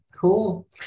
cool